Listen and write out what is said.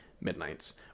midnights